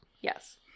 Yes